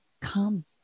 come